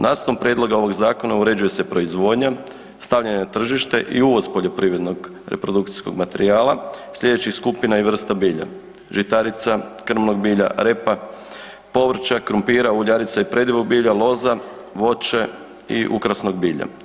Nacrtom prijedloga ovoga zakona uređuje se proizvodnja, stavljanje na tržište u uvoz poljoprivrednog reprodukcijskog materijala slijedećih skupina i vrsta bilja: žitarica, krmnog bilja, repa, povrća, krumpira, uljarica i ... bilja, loza, boće i ukrasnog bilja.